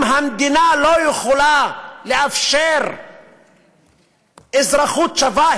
אם המדינה לא יכולה לאפשר אזרחות שווה,